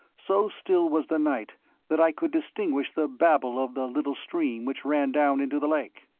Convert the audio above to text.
so still was the night that i could distinguish the babble of the little stream which ran down into the lake.